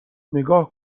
نگاه